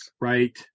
Right